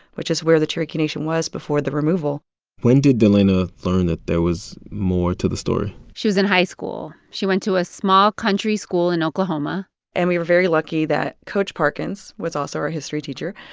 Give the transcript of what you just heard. which is where the cherokee nation was before the removal when did delanna learn that there was more to the story? she was in high school. she went to a small country school in oklahoma and we were very lucky that coach parkins was also our history teacher,